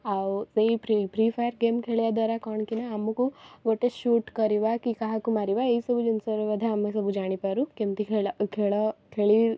ଆଉ ସେଇ free free fire game ଖେଳିବାଦ୍ଵାରା କ'ଣ କିନା ଆମକୁ ଗୋଟେ ସୁଟ୍ କରିବା କି କାହାକୁ ମାରିବା ଏଇସବୁ ଜିନିଷରେ ମଧ୍ୟ ଆମେ ସବୁ ଜାଣିପାରୁ କେମିତି ଖେଳ ଖେଳ ଖେଳି